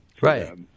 Right